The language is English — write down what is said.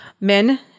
Men